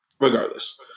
regardless